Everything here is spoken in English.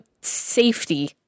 safety